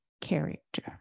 character